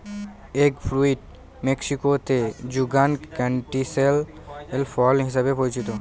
egg fruit মেক্সিকোতে যুগান ক্যান্টিসেল ফল হিসাবে পরিচিত